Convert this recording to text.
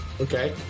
Okay